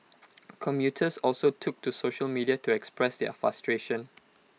commuters also took to social media to express their frustration